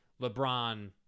LeBron